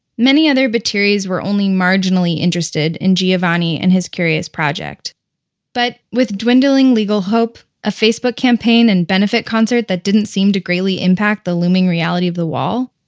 many other battiris were only marginally interested in giovanni and his curious project but with dwindling legal hope, a facebook campaign and benefit concert that didn't seem to greatly impact the looming reality of the wall,